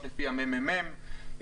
לפי הממ"מ,